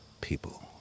people